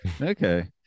okay